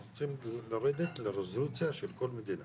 אנחנו צריכים לרדת לרזולוציה של כל מדינה.